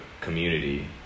community